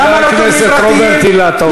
חבר הכנסת עודד פורר וחבר הכנסת רוברט אילטוב,